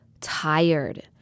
tired